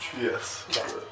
Yes